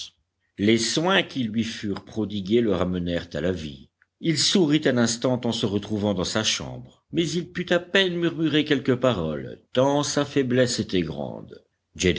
les soins qui lui furent prodigués le ramenèrent à la vie il sourit un instant en se retrouvant dans sa chambre mais il put à peine murmurer quelques paroles tant sa faiblesse était grande